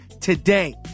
today